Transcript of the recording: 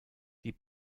die